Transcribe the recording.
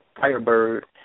firebird